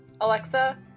Alexa